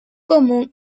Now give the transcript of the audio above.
común